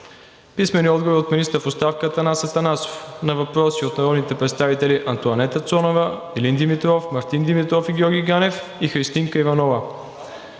Димитров; - министъра в оставка Атанас Атанасов на въпроси от народните представители Антоанета Цонева, Илин Димитров, Мартин Димитров и Георги Ганев, и Христинка Иванова;